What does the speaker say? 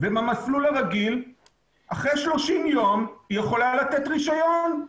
ובמסלול הרגיל אחרי 30 יום היא יכולה לתת רישיון.